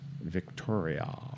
Victoria